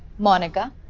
monica.